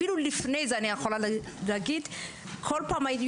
אפילו לפני זה אני יכול להגיד שבכל פעם היו